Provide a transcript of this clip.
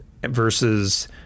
versus